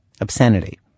obscenity